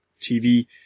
tv